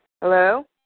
Hello